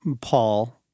Paul